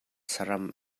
saram